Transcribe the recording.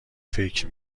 فکر